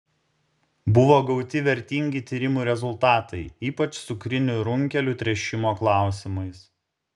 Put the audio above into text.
buvo gauti vertingi tyrimų rezultatai ypač cukrinių runkelių tręšimo klausimais